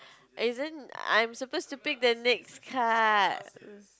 isn't I'm supposed to pick the next card